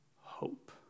hope